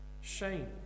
shame